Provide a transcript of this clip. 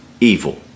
Evil